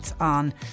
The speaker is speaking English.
on